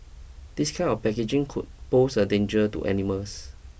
this kind of packaging could pose a danger to animals